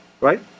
right